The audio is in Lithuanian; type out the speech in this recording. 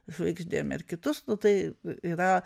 žvaigždėm ir kitus nu tai yra